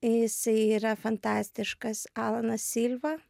jisai yra fantastiškas alanas silva